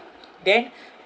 then